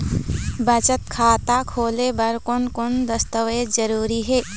बचत खाता खोले बर कोन कोन दस्तावेज जरूरी हे?